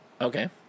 Okay